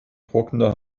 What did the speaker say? trockene